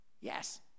Yes